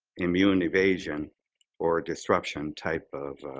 immune evasion or disruption type of